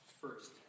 first